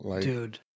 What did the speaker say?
dude